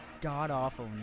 god-awful